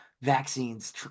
vaccines